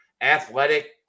athletic